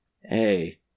Hey